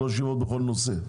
שלוש ישיבות בכל נושא.